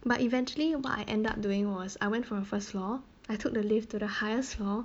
but eventually what I ended up doing was I went from the first floor I took the lift to the highest floor